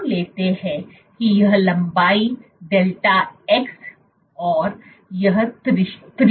मान लेते हैं कि यह लंबाई डेल्टा x और यह त्रिज्या है